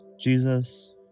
Jesus